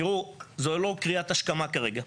זו לא קריאת השכמה כרגע,